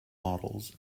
models